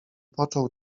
począł